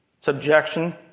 Subjection